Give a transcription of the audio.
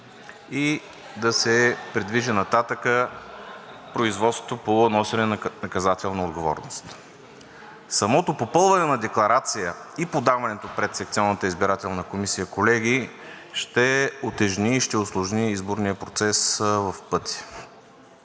и да се придвижи нататък производство по носене на наказателна отговорност. Самото попълване на декларация и подаването пред секционната избирателна комисия, колеги, ще утежни и ще усложни изборния процес в пъти